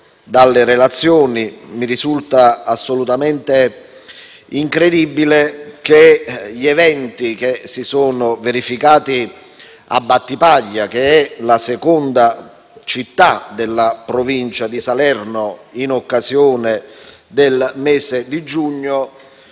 dalle relazioni, mi risulta assolutamente incredibile che gli eventi che si sono verificati a Battipaglia, che è la seconda città della Provincia di Salerno, in occasione del mese di giugno